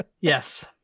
yes